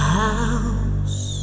house